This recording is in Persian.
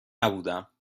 نبودم